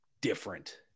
different